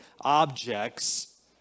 objects